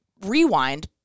rewind